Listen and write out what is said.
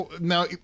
now